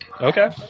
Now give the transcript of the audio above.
Okay